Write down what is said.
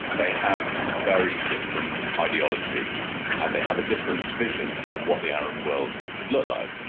they have a very different ideology and they have a different vision of what the arab world should look like.